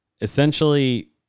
essentially